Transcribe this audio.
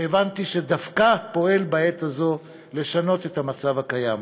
שהבנתי שדווקא פועל בעת הזאת לשנות את המצב הקיים,